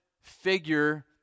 figure